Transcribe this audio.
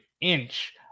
inch